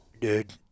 Dude